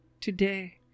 today